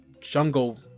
jungle